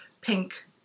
pink